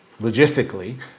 logistically